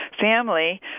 family